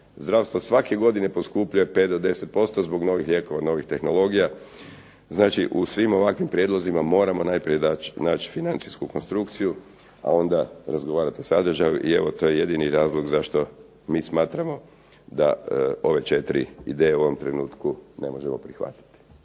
zdravstvo svake godine poskupljuje 5 do 10% zbog novih lijekova, novih tehnologija, znači u svim ovakvim prijedlozima moramo najprije naći financijsku konstrukciju, a onda razgovarati o sadržaju i evo to je jedini razlog zašto mi smatramo da ove četiri ideje u ovom trenutku ne možemo prihvatiti.